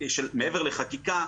מעבר לחקיקה,